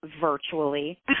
virtually